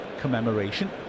commemoration